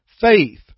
faith